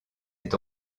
est